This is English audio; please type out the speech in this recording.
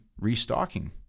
restocking